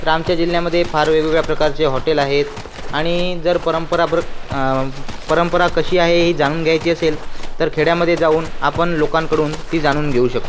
तर आमच्या जिल्ह्यामध्ये फार वेगवेगळ्या प्रकारचे हॉटेल आहेत आणि जर परंपरा प्रत परंपरा कशी आहे ही जाणून घ्यायची असेल तर खेड्यामधे जाऊन आपण लोकांकडून ती जाणून घेऊ शकतो